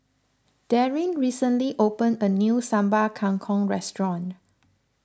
Darryn recently opened a new Sambal Kangkong Restaurant